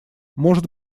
может